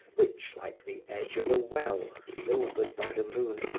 which, like the edge of a well silvered by the moon,